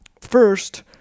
first